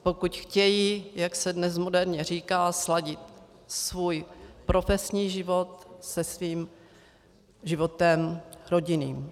Pokud chtějí, jak se dnes moderně říká, sladit svůj profesní život se svým životem rodinným.